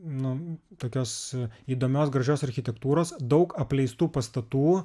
nu tokios įdomios gražios architektūros daug apleistų pastatų